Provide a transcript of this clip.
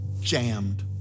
jammed